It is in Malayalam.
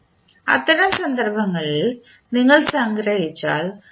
അത്തരം സന്ദർഭങ്ങളിൽ നിങ്ങൾ സംഗ്രഹിച്ചാൽ നിങ്ങൾക്ക്